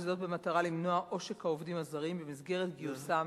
וזאת במטרה למנוע עושק העובדים הזרים במסגרת גיוסם